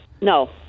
no